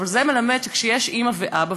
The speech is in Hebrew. אבל זה מלמד שכשיש אימא ואבא,